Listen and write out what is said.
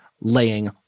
laying